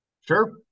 Sure